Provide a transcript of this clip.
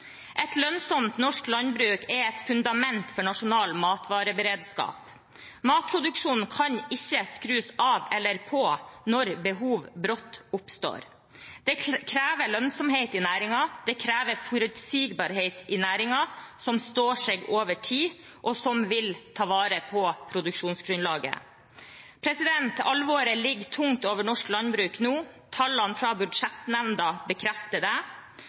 Et lønnsomt norsk landbruk er et fundament for nasjonal matvareberedskap. Matproduksjonen kan ikke skrus av eller på når behov brått oppstår. Det krever lønnsomhet i næringen. Det krever forutsigbarhet i næringen som står seg over tid, og som vil ta vare på produksjonsgrunnlaget. Alvoret ligger tungt over norsk landbruk nå. Tallene fra Budsjettnemnda bekrefter det.